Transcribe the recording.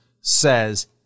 says